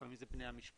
לפעמים זה בני המשפחה.